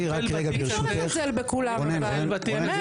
אבל אי אפשר לזלזל בכולם, באמת.